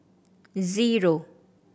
zero